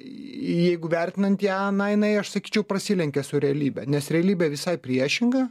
jeigu vertinant ją na jinai aš sakyčiau prasilenkia su realybe nes realybė visai priešinga